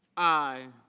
i.